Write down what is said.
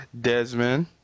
Desmond